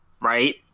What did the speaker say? Right